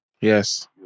Yes